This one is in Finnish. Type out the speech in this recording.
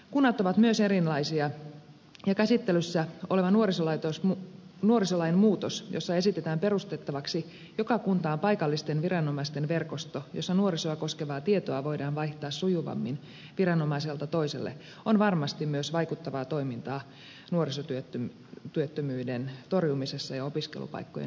kunnat ovat myös erilaisia ja käsittelyssä oleva nuorisolain muutos jossa esitetään perustettavaksi joka kuntaan paikallisten viranomaisten verkosto jossa nuorisoa koskevaa tietoa voidaan vaihtaa sujuvammin viranomaiselta toiselle on varmasti myös vaikuttavaa toimintaa nuorisotyöttömyyden torjumisessa ja opiskelupaikkojen löytämisessä